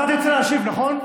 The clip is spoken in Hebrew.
אתה תרצה להשיב, נכון?